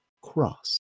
cross